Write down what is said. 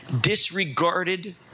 disregarded